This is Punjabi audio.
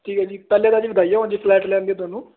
ਠੀਕ ਹੈ ਜੀ ਪਹਿਲੇ ਤਾਂ ਜੀ ਵਧਾਈਆਂ ਹੋਣ ਜੀ ਫਲੈਟ ਲੈਣ ਦੀਆਂ ਤੁਹਾਨੂੰ